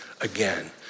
again